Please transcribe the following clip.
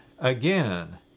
Again